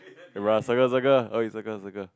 ra circle circle oi circle circle